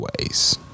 ways